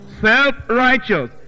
self-righteous